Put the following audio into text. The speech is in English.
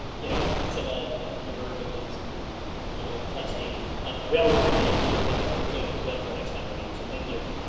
you know ah reverb and things can get a little testy. but we are working on it here to hopefully improve that for next time around, so thank you.